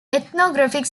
ethnographic